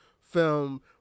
film